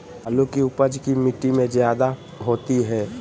आलु की उपज की मिट्टी में जायदा होती है?